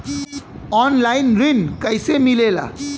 Online ऋण कैसे मिले ला?